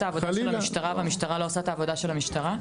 העבודה של המשטרה והמשטרה לא עושה את העבודה של המשטרה?